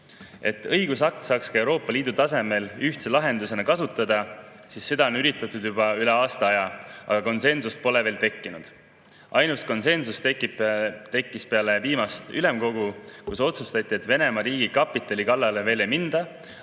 et õigusakte saaks ka Euroopa Liidu tasemel ühtse lahendusena kasutada, on üritatud juba üle aasta aja. Aga konsensust pole veel tekkinud. Ainus konsensus tekkis peale viimast ülemkogu, kus otsustati, et Venemaa riigikapitali kallale veel ei minda,